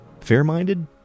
Fair-minded